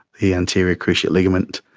the anterior cruciate ligament,